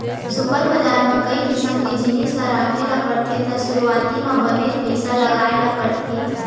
super बजार म कई किसम के जिनिस ल राखे ल परथे त सुरूवाती म बनेच पइसा लगाय ल परथे